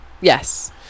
Yes